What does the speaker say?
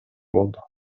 болду